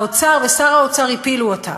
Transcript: האוצר ושר האוצר הפילו אותה.